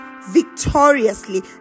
victoriously